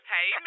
Hey